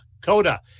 Coda